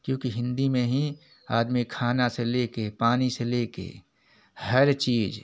क्योंकि हिंदी में ही आदमी खाने से ले कर पानी से ले कर हर चीज़